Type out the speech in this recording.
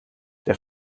der